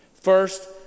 First